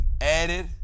added